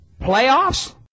Playoffs